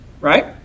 Right